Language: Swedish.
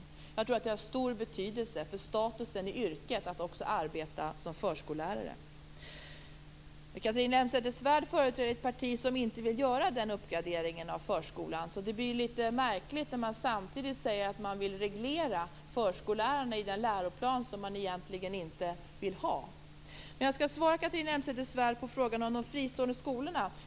Jag tror att det har stor betydelse för statusen i yrket och att också arbeta som förskollärare. Catharina Elmsäter-Svärd företräder ett parti som inte vill göra denna uppgradering av förskolan. Det blir därför litet märkligt när man samtidigt säger att man vill reglera förskollärarna i den läroplan som man egentligen inte vill ha. Men jag skall svara på Catharina Elmsäter-Svärds fråga om de fristående skolorna.